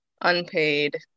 unpaid